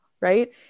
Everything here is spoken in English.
right